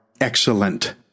excellent